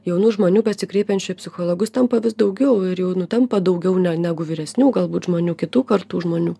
jaunų žmonių besikreipiančių į psichologus tampa vis daugiau ir jau nu tampa daugiau ne negu vyresnių galbūt žmonių kitų kartų žmonių